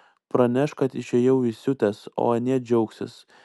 praneš kad išėjau įsiutęs o anie džiaugsis